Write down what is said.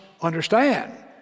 understand